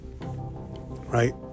right